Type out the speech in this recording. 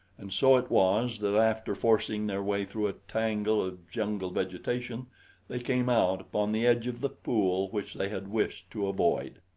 and so it was that after forcing their way through a tangle of jungle vegetation they came out upon the edge of the pool which they had wished to avoid.